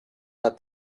una